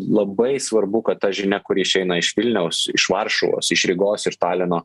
labai svarbu kad ta žinia kuri išeina iš vilniaus iš varšuvos iš rygos ir talino